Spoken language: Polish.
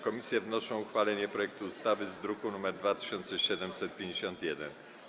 Komisje wnoszą o uchwalenie projektu ustawy z druku nr 2751.